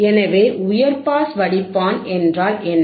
எனவே உயர் பாஸ் வடிப்பான் என்றால் என்ன